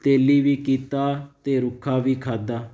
ਤੇਲੀ ਵੀ ਕੀਤਾ ਅਤੇ ਰੁੱਖਾ ਵੀ ਖਾਧਾ